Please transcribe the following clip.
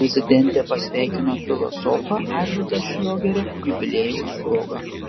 prezidentė pasveikino filosofą arvydą šliogerį jubiliejaus proga